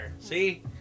See